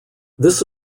this